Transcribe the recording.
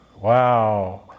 Wow